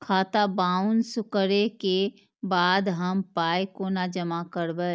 खाता बाउंस करै के बाद हम पाय कोना जमा करबै?